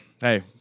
Hey